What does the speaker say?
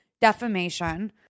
defamation